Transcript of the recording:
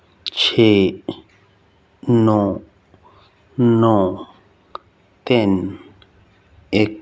ਛੇ ਨੌਂ ਨੌਂ ਤਿੰਨ ਇੱਕ